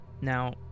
Now